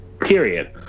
period